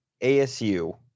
ASU